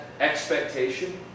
Expectation